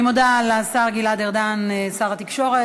אני מודה לשר גלעד ארדן, שר התקשורת.